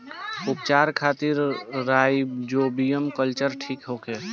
उपचार खातिर rhizobium culture ठीक होखे?